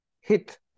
hit